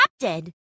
adopted